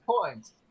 points